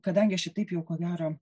kadangi aš ir taip jau ko gero